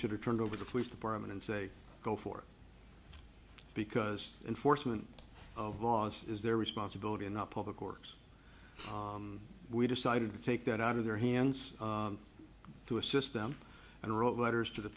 should have turned over the police department and say go for it because enforcement of laws is their responsibility and not public works we decided to take that out of their hands to assist them and wrote letters to the